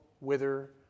wither